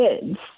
kids